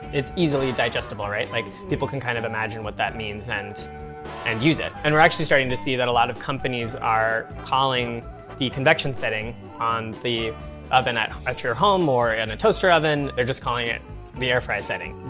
it's easily digestable, right? like, people can kind of imagine what that means and and use it. and we're actually starting to see that a lot of companies are calling the convection setting on the oven at at your home or in a toaster oven, they're just calling it the air fry setting.